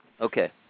Okay